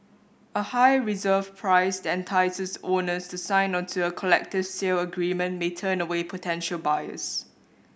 a high reserve price that entices owners to sign onto a collective sale agreement may turn away potential buyers